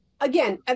again